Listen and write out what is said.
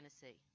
Tennessee